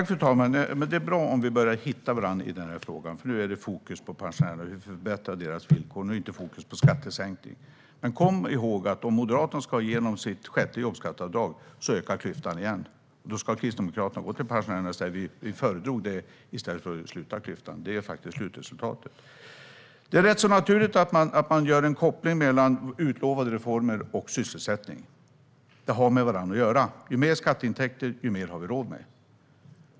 Fru talman! Det är bra om vi börjar hitta varandra i den här frågan. Nu är det fokus på pensionärerna och hur vi förbättrar deras villkor. Nu är det inte fokus på skattesänkning. Men kom ihåg att om Moderaterna ska ha igenom sitt sjätte jobbskatteavdrag, då ökar klyftan igen. Då ska Kristdemokraterna gå till pensionärerna och säga: "Vi föredrog det i stället för att sluta klyftan." Det blir faktiskt slutresultatet. Det är rätt naturligt att man gör en koppling mellan utlovade reformer och sysselsättningen. De har med varandra att göra. Ju mer skatteintäkter, desto mer har vi råd med.